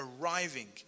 arriving